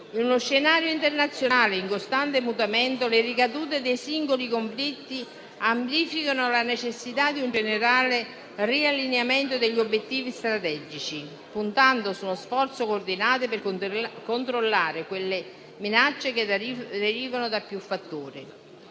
In uno scenario internazionale in costante mutamento, le ricadute dei singoli conflitti amplificano la necessità di un generale riallineamento degli obiettivi strategici, puntando su uno sforzo coordinato per controllare quelle minacce che derivano da più fattori.